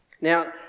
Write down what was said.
Now